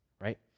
right